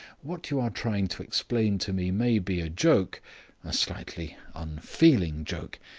what you are trying to explain to me may be a joke a slightly unfeeling joke.